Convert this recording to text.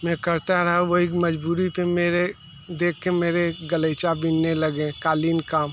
मैं करता रहा वही मजबूरी पर मेरे देख के मेरे कलैचा बिनने लगें क़ालीन काम